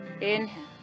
Inhale